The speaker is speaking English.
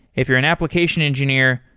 if you're an application engineer,